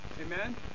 Amen